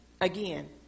again